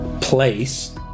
place